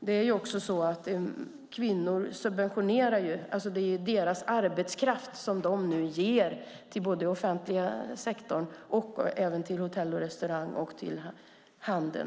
Det är också så att kvinnor så att säga subventionerar genom att de ger sin arbetskraft till både den offentliga sektorn, till hotell och restaurang och till handeln.